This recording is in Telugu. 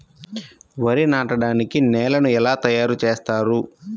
వరి నాటడానికి నేలను ఎలా తయారు చేస్తారు?